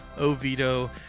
Oviedo